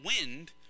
wind